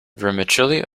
vermicelli